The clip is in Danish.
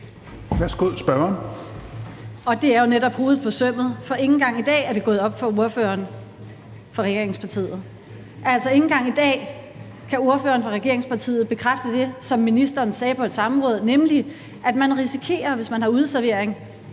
Det er jo netop hovedet på sømmet, for ikke engang i dag er det gået op for ordføreren fra regeringspartiet. Altså, ikke engang i dag kan ordføreren fra regeringspartiet bekræfte det, som ministeren sagde på et samråd, nemlig at man, hvis man har udeservering